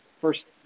first